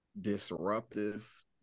disruptive